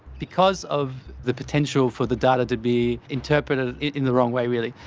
because of the potential for the data to be interpreted in the wrong way really,